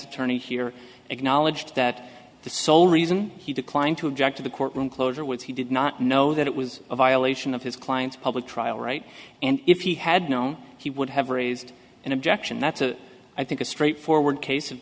attorney here acknowledged that the sole reason he declined to object to the courtroom closure was he did not know that it was a violation of his client's public trial right and if he had known he would have raised an objection that's a i think a straightforward case of